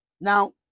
Now